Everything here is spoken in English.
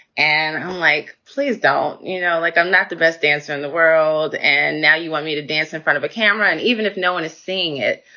and i'm like, please don't, you know, like, i'm not the best dancer in the world. and now you want me to dance in front of a camera. and even if no one is seeing it,